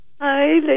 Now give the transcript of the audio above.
Hi